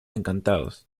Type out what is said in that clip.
encantados